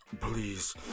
please